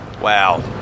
wow